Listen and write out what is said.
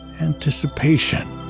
anticipation